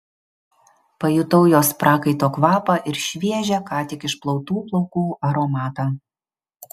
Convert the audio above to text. pajutau jos prakaito kvapą ir šviežią ką tik išplautų plaukų aromatą